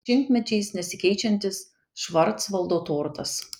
šimtmečiais nesikeičiantis švarcvaldo tortas